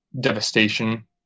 devastation